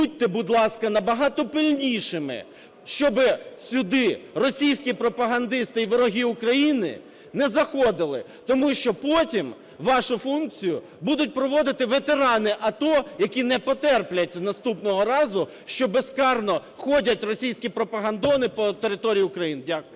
будьте, будь ласка, набагато пильнішими, щоби сюди російські пропагандисти і вороги України не заходили, тому що потім вашу функцію будуть проводити ветерани АТО, які не потерплять наступного разу, що безкарно ходять російські "пропагандони" по території України. Дякую.